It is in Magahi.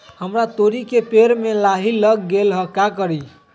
हमरा तोरी के पेड़ में लाही लग गेल है का करी?